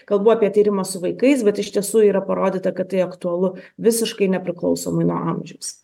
kalbu apie tyrimą su vaikais bet iš tiesų yra parodyta kad tai aktualu visiškai nepriklausomai nuo amžiaus